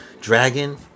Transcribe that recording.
Dragon